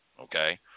okay